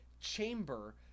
chamber